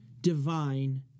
divine